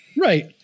Right